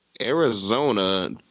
Arizona